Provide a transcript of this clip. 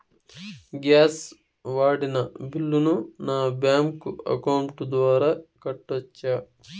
Gas వాడిన బిల్లును నా బ్యాంకు అకౌంట్ ద్వారా కట్టొచ్చా?